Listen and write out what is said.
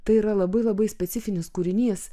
tai yra labai labai specifinis kūrinys